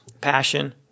passion